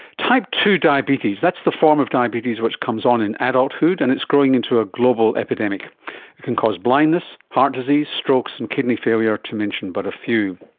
type two diabetes, that's the form of diabetes which comes on in adulthood and it's growing into a global epidemic. it can cause blindness, heart disease, strokes and kidney failure, to mention but a few.